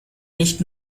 nicht